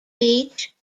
beach